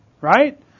right